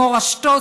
מורשתו,